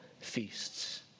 feasts